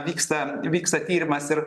vyksta vyksta tyrimas ir